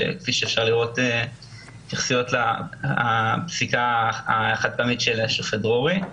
ניתן לראות זו בפסק החד-פעמי של השופט דרורי.